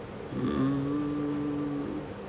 hmm